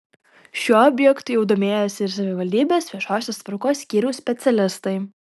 šiuo objektu jau domėjosi ir savivaldybės viešosios tvarkos skyriaus specialistai